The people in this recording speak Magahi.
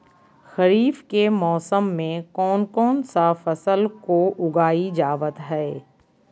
खरीफ के मौसम में कौन कौन सा फसल को उगाई जावत हैं?